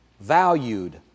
valued